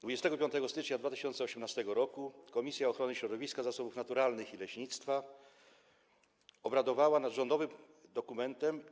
25 stycznia 2018 r. Komisja Ochrony Środowiska, Zasobów Naturalnych i Leśnictwa obradowała nad rządowym dokumentem: